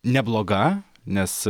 nebloga nes